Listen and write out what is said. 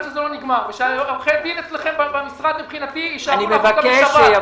שזה לא נגמר ושעורכי הדין אצלכם במשרד מבחינתי יישארו גם בשבת.